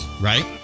right